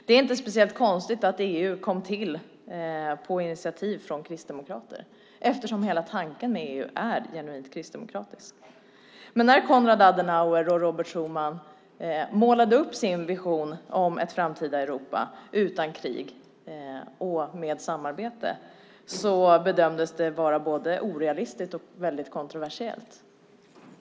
Det är inte speciellt konstigt att EU kom till på initiativ av kristdemokrater eftersom hela tanken med EU är genuint kristdemokratiskt. När Konrad Adenauer och Robert Schuman målade upp sin vision om ett framtida Europa utan krig och med samarbete bedömdes det vara både orealistiskt och kontroversiellt.